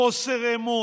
חוסר אמון,